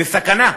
זו סכנה.